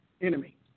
enemy